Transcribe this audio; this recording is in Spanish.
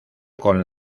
con